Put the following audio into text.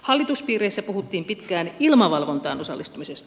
hallituspiireissä puhuttiin pitkään ilmavalvontaan osallistumisesta